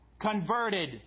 converted